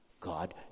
God